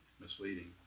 misleading